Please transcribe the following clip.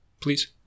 please